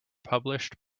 published